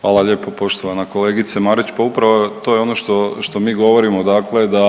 Hvala lijepo poštovana kolegice Marić. Pa upravo je to ono što mi govorimo dakle da